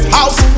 house